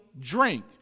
drink